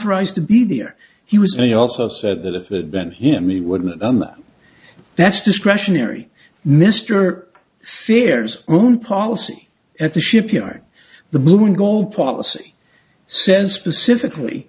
authorized to be there he was they also said that if that then him he wouldn't that's discretionary mr phares own policy at the shipyard the blue and gold policy says specifically